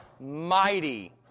mighty